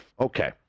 Okay